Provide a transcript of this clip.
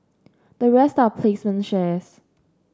the rest are placement shares